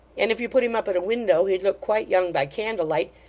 and if you put him up at a window he'd look quite young by candle-light,